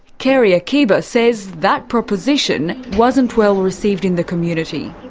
keri akiba says that proposition wasn't well received in the community.